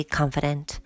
confident